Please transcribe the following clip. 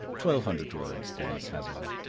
twelve hundred words, denis hazarded.